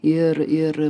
ir ir